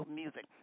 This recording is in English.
music